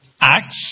Acts